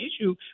issue